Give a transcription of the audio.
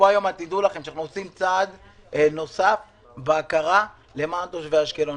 ותדעו לכם שפה אנחנו עושים צעד נוסף והכרה למען תושבי אשקלון.